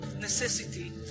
necessity